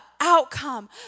outcome